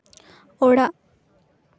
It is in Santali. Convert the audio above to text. ᱚᱲᱟᱜ